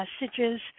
messages